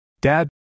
Dad